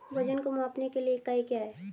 वजन को मापने के लिए इकाई क्या है?